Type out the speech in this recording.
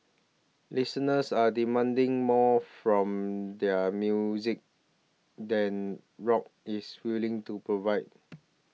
listeners are demanding more from their music than rock is willing to provide